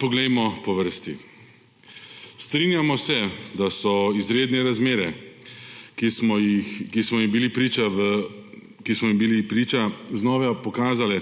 poglejmo po vrsti. Strinjamo se, da so izredne razmere, ki smo jim bili priča, znova pokazale,